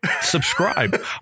subscribe